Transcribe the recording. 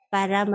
Para